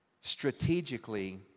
strategically